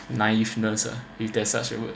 naiveness if there is such a word